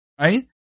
right